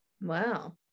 Wow